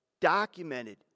documented